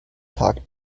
tag